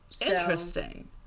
Interesting